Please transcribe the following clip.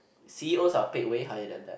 c_e_os are paid way higher than that